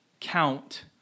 count